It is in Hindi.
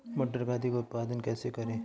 मटर का अधिक उत्पादन कैसे करें?